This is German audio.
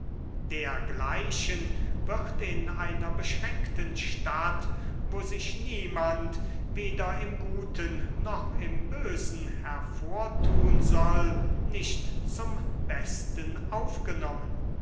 dergleichen wird in einer beschränkten stadt wo sich niemand weder im guten noch im bösen hervortun soll nicht zum besten aufgenommen